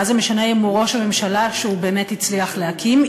מה זה משנה אם הוא ראש הממשלה שבאמת הצליח להקים,